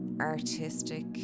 artistic